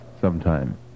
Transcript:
sometime